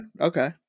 Okay